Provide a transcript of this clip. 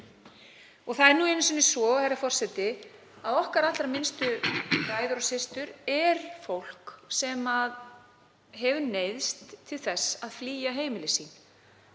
Það er nú einu sinni svo, herra forseti, að okkar allra minnstu bræður og systur er fólk sem hefur neyðst til þess að flýja heimili sín